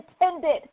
intended